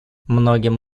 многим